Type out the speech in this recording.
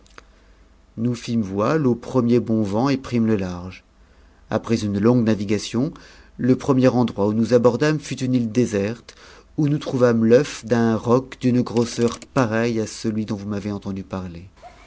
nous fîmes voile au premier bon vent et prîmes le large après une longue navigation le premier endroit où nous abordâmes fut une île déserte où nous trouvâmes t'œuf d'un roc d'une grosseur pareille à celui dont vous m'avez entendu parler